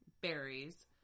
berries